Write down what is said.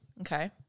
Okay